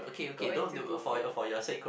go into details